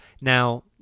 Now